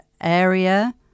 area